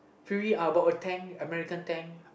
Fury American tank